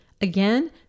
Again